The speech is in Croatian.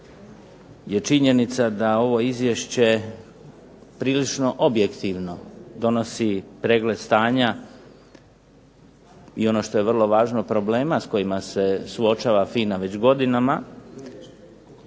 je činjenica da ovo izvješće prilično objektivno donosi pregled stanja, i ono što je vrlo važno problema s kojima se suočava FINA već godinama,